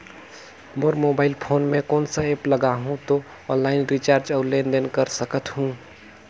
मोर mobile phone मे कोन सा एप्प लगा हूं तो ऑनलाइन रिचार्ज और लेन देन कर सकत हू?